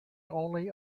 only